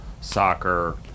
soccer